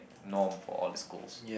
norm for all the schools